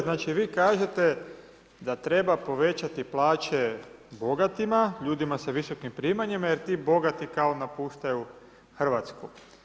znači vi kažete da treba povećati plaće bogatima, ludima sa visokim primanjima jer ti bogati kao napuštaju Hrvatsku.